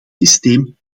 systeem